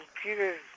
computers